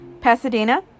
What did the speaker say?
Pasadena